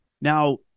Now